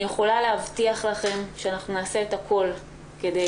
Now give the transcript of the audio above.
אני יכולה להבטיח לכם שאנחנו נעשה את הכול כדי